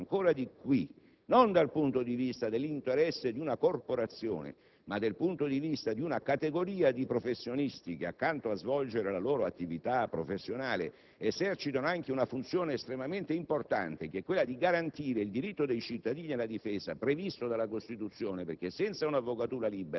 sedi. Questa scelta, quindi, consente all'avvocatura (non dal punto di vista dell'interesse di una corporazione, ma dal punto di vista di una categoria di professionisti che, oltre a svolgere la loro attività professionale, esercitano anche la funzione estremamente importante di garantire il diritto dei cittadini alla difesa, previsto